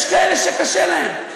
יש כאלה שקשה להם,